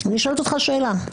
אני שואלת אותך שאלה.